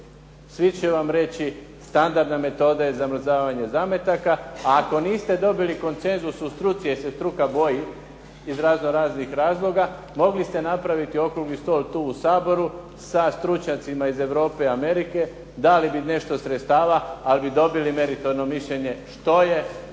Svi će vam reći standardna metoda je zamrzavanje zametaka, ako niste dobili konsenzus u struci, jer se struka boji iz razno raznih razloga mogli ste napraviti okrugli stol tu u Saboru sa stručnjacima iz Europe i Amerike dali bi nešto sredstava ali bi dobili meritorno mišljenje što je